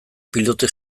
pilotik